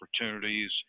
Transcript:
opportunities